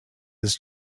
his